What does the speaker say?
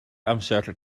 amser